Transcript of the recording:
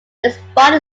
despite